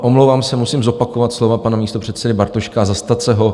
Omlouvám se, musím zopakovat slova pana místopředsedy Bartoška a zastat se ho.